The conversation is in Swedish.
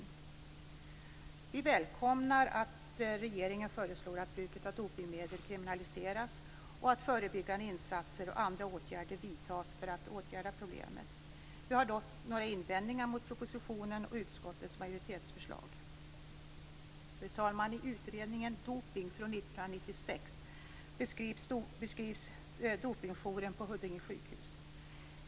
Folkpartiet välkomnar att regeringen förslår att bruket av dopningsmedel kriminaliseras och att förebyggande insatser och andra åtgärder vidtas för att åtgärda problemet. Vi har dock några invändningar mot propositionens och utskottets majoritetsförslag. Fru talman! I utredningen Doping från 1996 beskrivs Dopingjouren på Huddinge sjukhus.